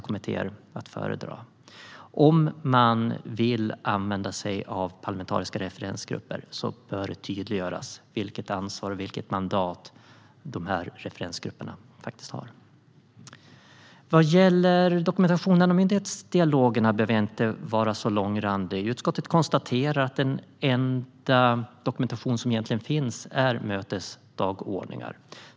Om man vill använda sig av parlamentariska referensgrupper bör det tydliggöras vilket ansvar och vilket mandat referensgrupperna faktiskt har. Vad gäller dokumentationen av myndighetsdialogerna behöver jag inte bli särskilt långrandig. Utskottet konstaterar att den enda dokumentation som finns är mötesdagordningar.